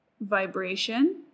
vibration